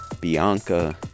Bianca